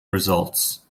results